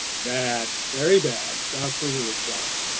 bad, very bad! the harpooner replied.